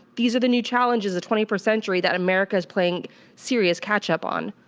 these are the new challenges of twenty first century that america's playing serious catch up on.